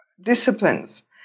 disciplines